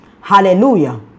Hallelujah